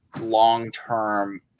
long-term